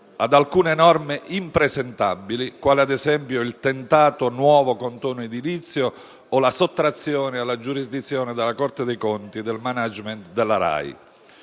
ad alcune norme impresentabili, come il tentato nuovo condono edilizio o la sottrazione alla giurisdizione della Corte dei conti del *management* della RAI.